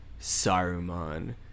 Saruman